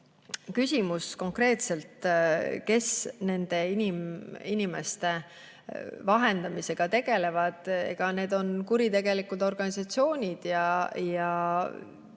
küsimus konkreetselt, kes nende inimeste vahendamisega tegelevad – need on kuritegelikud organisatsioonid.